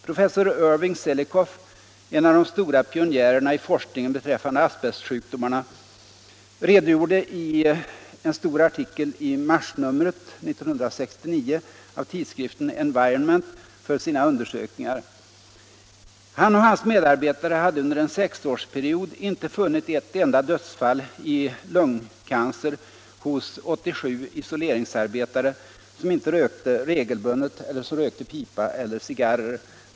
Professor Irving J. Selikoff, en av de stora pionjärerna i forskningen beträffande asbestsjukdomarna, redogjorde i en stor artikel i marsnumret 1969 av tidskriften Environment för sina undersökningar. Han och hans medarbetare hade under en sexårsperiod inte funnit ett enda dödsfall i lungcancer hos 87 isoleringsarbetare, som inte rökte regelbundet eller som rökte pipa eller cigarr.